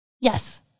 Yes